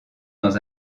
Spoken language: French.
dans